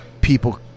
people